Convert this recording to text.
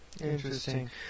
interesting